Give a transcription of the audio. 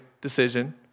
decision